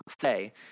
say